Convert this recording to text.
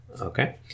okay